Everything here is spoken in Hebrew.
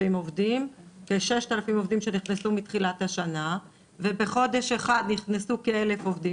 עובדים שנכנסו מתחילת השנה ובחודש אחד נכנסו כ-1,000 עובדים,